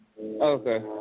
Okay